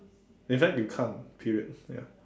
in fact you can't period ya